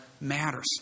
matters